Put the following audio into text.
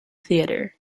theater